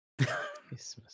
Christmas